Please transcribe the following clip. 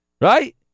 Right